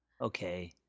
okay